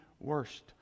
worst